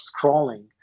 scrolling